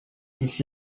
this